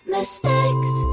Mistakes